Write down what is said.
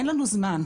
אין לנו זמן,